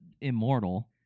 immortal